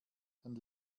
dann